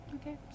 Okay